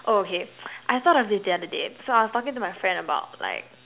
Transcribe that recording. oh okay I thought of this the other day so I was talking to my friend about like